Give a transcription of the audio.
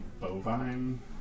bovine